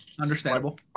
understandable